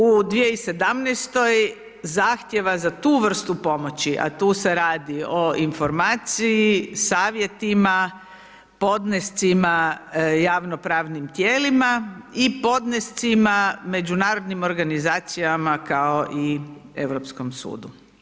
U 2017. zahtjeva za tu vrstu pomoći, a tu se radi o informaciji, savjetima, podnescima, javno pravnim tijelima i podnescima međunarodnim organizacijama kao i Europskom sudu.